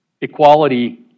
equality